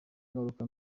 ingaruka